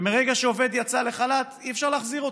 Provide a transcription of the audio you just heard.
ומרגע שעובד יצא לחל"ת אי-אפשר להחזיר אותו.